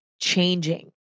changing